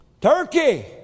Turkey